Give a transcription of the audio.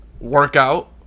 workout